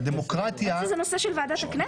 זה נושא של ועדת הכנסת.